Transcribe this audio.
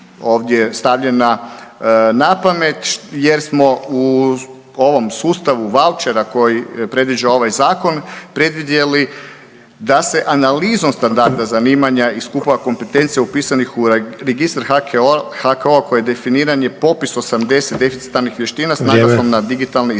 ovdje stavljena napamet jer smo u ovom sustavu vaučera koji predviđa ovaj zakon predvidjeli da se analizom standarda zanimanja i skupova kompetencija upisanih u registar HKO koji definiran je popis 80 deficitarnih vještina s naglaskom na digitalne …/Govornik